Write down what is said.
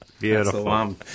beautiful